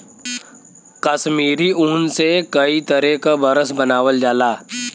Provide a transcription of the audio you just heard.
कसमीरी ऊन से कई तरे क बरस बनावल जाला